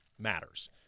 matters